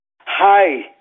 Hi